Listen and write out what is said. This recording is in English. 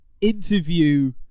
interview